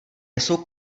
jsou